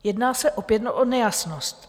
Jedná se opět o nejasnost.